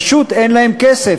פשוט אין להן כסף.